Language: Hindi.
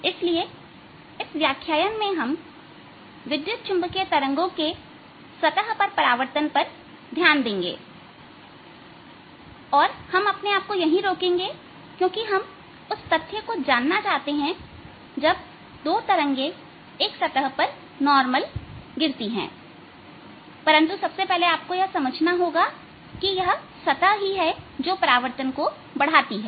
इसलिए इस व्याख्यान में हम विद्युत चुंबकीय तरंगों के सतह पर परावर्तन पर ध्यान देंगे और हम अपने आप को यही रोकेंगे क्योंकि हम उस तथ्य को जानना चाहते हैं जब दो तरंगे एक सतह पर नार्मल गिरती हैं परंतु सबसे पहले आपको यह समझना होगा कि यह सतह ही है जो परावर्तन को बढ़ाती है